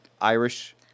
Irish